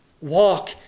Walk